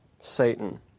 Satan